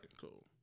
Cool